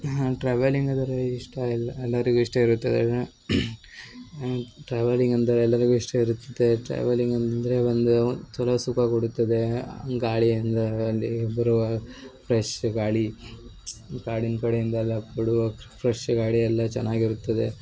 travelling ಅಂದರೆ ಇಷ್ಟ ಇಲ್ಲ ಎಲ್ಲರಿಗು ಇಷ್ಟ ಇರುತ್ತದೆ ಟ್ರಾವೆಲಿಂಗ್ ಅಂದರೆ ಎಲ್ಲರಿಗು ಇಷ್ಟ ಇರುತ್ತದೆ ಟ್ರಾವೆಲಿಂಗ್ ಅಂದರೆ ಒಂದು ಚಲೋ ಸುಖ ಕೊಡುತ್ತದೆ ಗಾಳಿ ಒಂದರಲ್ಲಿ ಬರುವಾಗ ಫ್ರೆಶ್ ಗಾಳಿ ಕಾಡಿಂದು ಕಡೆಯಿಂದೆಲ್ಲ ಕೊಡುವ ಫ್ರೆಶ್ ಗಾಳಿ ಎಲ್ಲ ಚೆನ್ನಾಗಿರುತ್ತದೆ